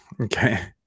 Okay